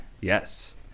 Yes